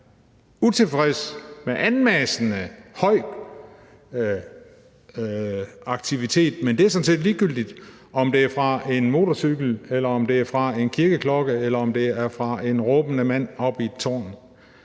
utilfreds med anmassende, støjende aktivitet, men det er sådan set ligegyldigt, om det er fra en motorcykel, eller om det er fra en kirkeklokke, eller om det er fra en råbende mand oppe i et tårn.